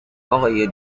آقای